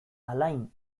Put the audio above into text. alain